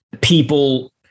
people